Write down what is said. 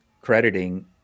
crediting